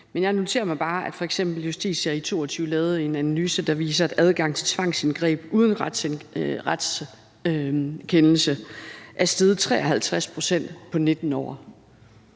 Men jeg noterer mig bare, at f.eks. Justitia i 2022 lavede en analyse, der viser, at adgang til tvangsindgreb uden retskendelse er steget 53 pct. på 19 år.